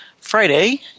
friday